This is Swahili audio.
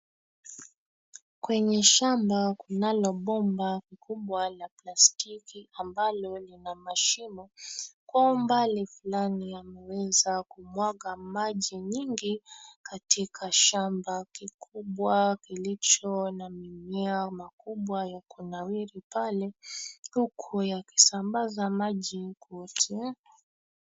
Kwenye shamba kunalo bomba kikubwa la plastiki ambalo lina mashimo kwa umbali flani yameweza kumwaga maji nyingi katika shamba kikubwa kilicho na mimea makubwa yakunawiri pale huku yakisambaza maji kwote.